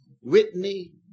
Whitney